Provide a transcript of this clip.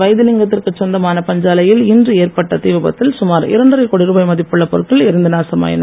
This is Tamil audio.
வைத்திலிங்க த்திற்கு சொந்தமான பஞ்சாலையில் இன்று ஏற்பட்ட தீ விபத்தில் சுமார் இரண்டரை கோடி ரூபாய் மதிப்புள்ள பொருட்கள் எரிந்து நாசமாயின